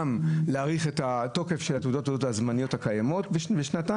גם להאריך את התוקף של תעודות הזהות הקיימות בשנתיים,